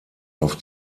auf